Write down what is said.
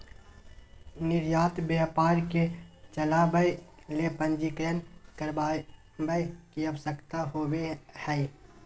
निर्यात व्यापार के चलावय ले पंजीकरण करावय के आवश्यकता होबो हइ